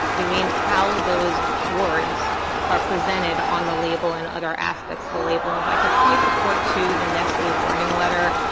we mean how those words are presented on the label and other aspects of the label. and if i could point the court to the nestle warning letter,